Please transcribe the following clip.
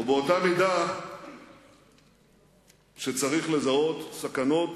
ובאותה מידה שצריך לזהות סכנות